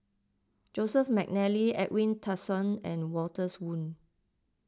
Joseph McNally Edwin Tessensohn and Walters Woon